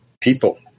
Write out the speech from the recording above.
people